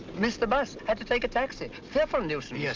missed the bus had to take a taxi. fearful nuisance. yes,